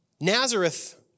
Nazareth